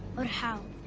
or how.